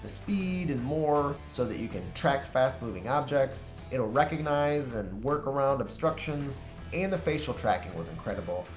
speed and more so that you can track fast moving objects. it'll recognize and work around obstructions and the facial tracking was incredible.